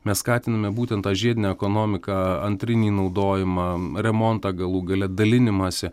mes skatiname būtent tą žiedinę ekonomiką antrinį naudojimą remontą galų gale dalinimąsi